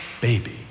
baby